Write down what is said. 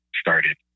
started